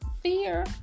Fear